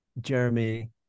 Jeremy